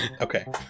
Okay